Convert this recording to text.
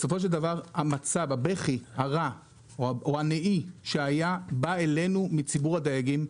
בסופו של דבר הבכי הרע או הנהי שהיה בא אלינו מציבור הדייגים,